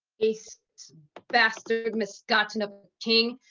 base bastard, misbegotten of a king,